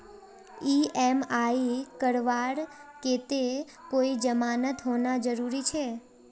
EMI करवार केते कोई जमानत होना जरूरी छे?